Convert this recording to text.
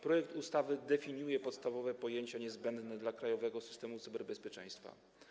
Projekt ustawy definiuje podstawowe pojęcia niezbędne dla krajowego systemu cyberbezpieczeństwa.